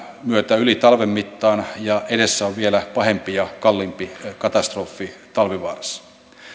myötä yli ja edessä on vielä pahempi ja kalliimpi katastrofi talvivaarassa